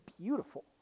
beautiful